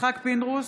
יצחק פינדרוס,